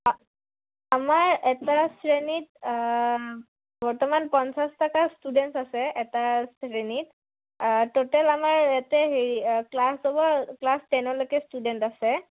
আমাৰ এটা শ্ৰেণীত বৰ্তমান পঞ্চাছটা ষ্টুডেণ্টছ আছে এটা শ্ৰেণীত ট'টেল আমাৰ ইয়াতে হেৰি ক্লাছ অ'ব ক্লাছ টেনলৈকে ষ্টুডেণ্ট আছে